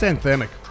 anthemic